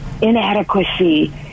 inadequacy